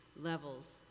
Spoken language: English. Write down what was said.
levels